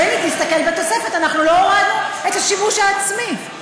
בני, תסתכל בתוספת, לא הורדנו את השימוש העצמי.